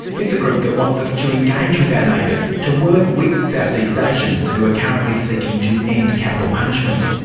it's a group that wants us to engage with our neighbours, to work with southeast asians who are currently seeking to end capital punishment.